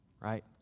right